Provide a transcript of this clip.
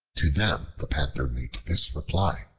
to them the panther made this reply